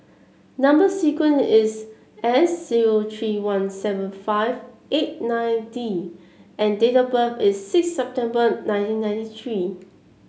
number sequence is S zero three one seven five eight nine D and date of birth is six September nineteen ninety three